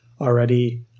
already